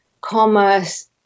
commerce